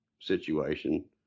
situation